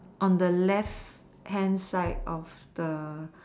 on the left hand side of the